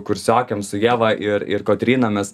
kursiokėm su ieva ir ir kotryna mes